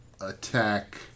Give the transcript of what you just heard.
attack